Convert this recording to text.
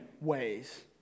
ways